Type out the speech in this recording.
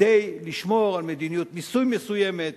כדי לשמור על מדיניות מיסוי מסוימת,